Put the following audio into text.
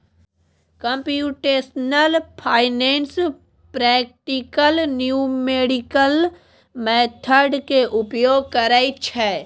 computational finance practical numerical method के उपयोग करइ छइ